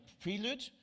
prelude